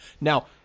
Now